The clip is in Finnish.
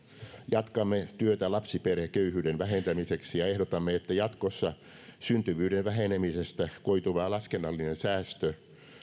jatkamme työtä lapsiperheköyhyyden vähentämiseksi ja ehdotamme että jatkossa syntyvyyden vähenemisestä koituva laskennallinen säästö